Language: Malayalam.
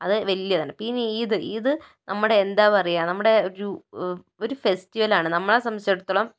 അത് വലിയതാണ് പിന്നെ ഇത് ഇത് നമ്മുടെ എന്താ പറയുക നമ്മുടെ ഒരു ഒരു ഫെസ്റ്റിവല് ആണ് നമ്മളെ സംബന്ധിച്ചടുത്തോളം